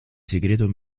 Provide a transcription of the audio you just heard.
segreto